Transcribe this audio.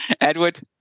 Edward